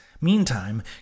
Meantime